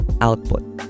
output